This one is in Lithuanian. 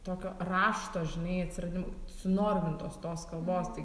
tokio rašto žinai atsiradimo sunormintos tos kalbos tai